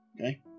okay